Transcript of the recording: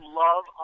love